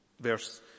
Verse